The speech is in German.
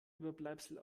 überbleibsel